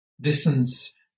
distance